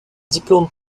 diplômes